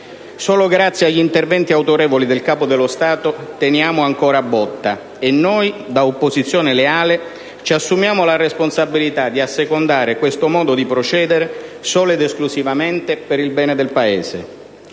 Solo grazie agli interventi autorevoli del Capo dello Stato teniamo ancora botta e noi, da opposizione leale, ci assumiamo la responsabilità di assecondare questo modo di procedere solo ed esclusivamente per il bene del Paese.